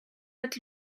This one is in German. mit